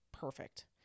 perfect